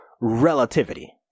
relativity